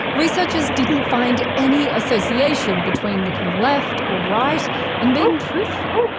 researchers didn't find any association between looking left or right and being truthful.